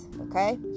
okay